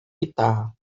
guitarra